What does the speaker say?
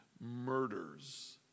murders